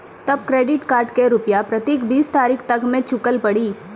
तब credit card के रूपिया प्रतीक बीस तारीख तक मे चुकल पड़ी?